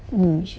mm